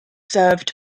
served